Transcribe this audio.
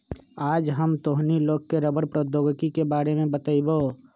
आज हम तोहनी लोग के रबड़ प्रौद्योगिकी के बारे में बतईबो